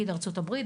למשל ארצות הברית,